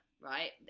right